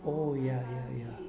oh ya ya ya